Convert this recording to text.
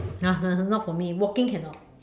not for me walking cannot